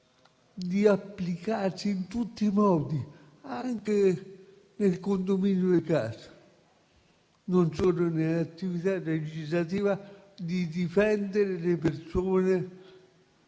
di applicarsi in tutti i modi - anche nel condominio di casa, non solo nell'attività legislativa - per difendere le persone